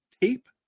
tape